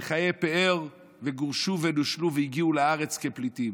בחיי פאר, וגורשו ונושלו והגיעו לארץ כפליטים.